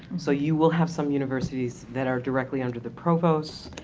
so you will have some universities that are directly under the provost.